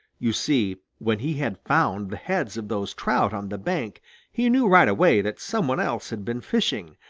you see when he had found the heads of those trout on the bank he knew right away that some one else had been fishing,